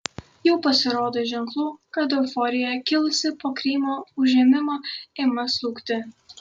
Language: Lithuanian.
jau pasirodo ženklų kad euforija kilusi po krymo užėmimo ima slūgti